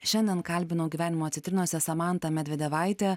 šiandien kalbinau gyvenimo citrinose samantą medvedevaitę